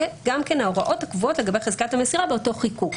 גם כן ההוראות הקבועות לגבי חזקת המסירה באותו חיקוק.